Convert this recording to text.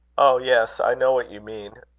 oh! yes i know what you mean.